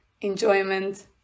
enjoyment